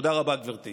תודה רבה, גברתי.